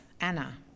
Anna